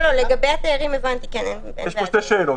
לגבי התיירים, הבנתי.